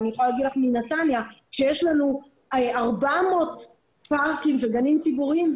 אני יכולה להגיד לך מנתניה שיש לנו 400 פארקים וגנים ציבוריים,